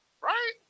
Right